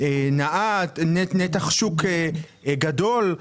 נתח שוק גדול.